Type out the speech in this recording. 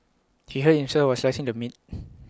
he hurt himself while slicing the meat